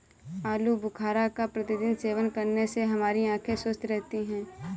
आलू बुखारा का प्रतिदिन सेवन करने से हमारी आंखें स्वस्थ रहती है